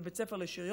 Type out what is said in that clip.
בבית הספר לשריון,